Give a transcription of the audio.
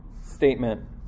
statement